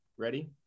Ready